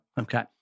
Okay